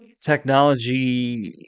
technology